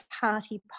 party